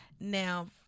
now